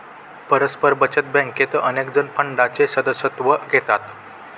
परस्पर बचत बँकेत अनेकजण फंडाचे सदस्यत्व घेतात